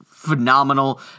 Phenomenal